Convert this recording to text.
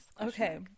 okay